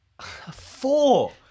Four